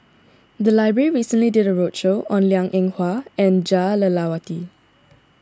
the library recently did a roadshow on Liang Eng Hwa and Jah Lelawati